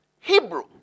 Hebrew